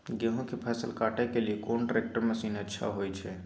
गेहूं के फसल काटे के लिए कोन ट्रैक्टर मसीन अच्छा होय छै?